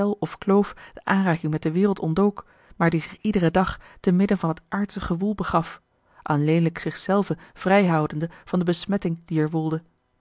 of kloof de aanraking met de wereld ontdook maar die zich iederen dag te midden van het aardsch gewoel begaf alleenlijk zich zelven vrij houdende van de besmetting die er woelde